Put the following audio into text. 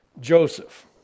Joseph